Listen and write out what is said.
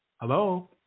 Hello